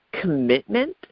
commitment